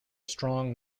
strong